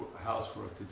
housework